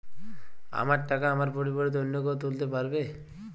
আমার টাকা আমার পরিবর্তে অন্য কেউ তুলতে পারবে?